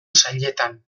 sailetan